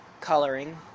coloring